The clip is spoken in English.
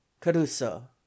Caruso